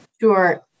Sure